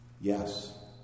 Yes